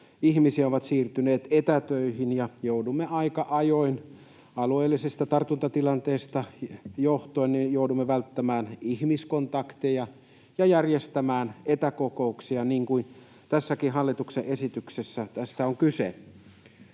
ihmisiä on siirtynyt etätöihin, ja joudumme aika ajoin alueellisesta tartuntatilanteesta johtuen välttämään ihmiskontakteja ja järjestämään etäkokouksia, mistä tässäkin hallituksen esityksessä on kyse.